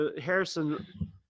Harrison